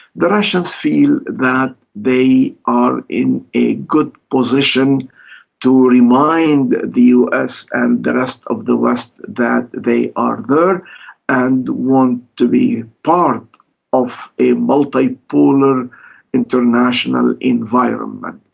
the russians feel that they are in a good position to remind the the us and the rest of the west that they are there and want to be part of a multipolar international environment.